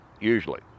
usually